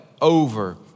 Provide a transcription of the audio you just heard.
over